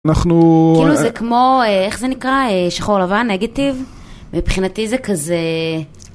אנחנו כאילו זה כמו איך זה נקרא שחור לבן נגטיב מבחינתי זה כזה